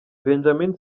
benjamin